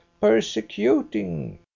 persecuting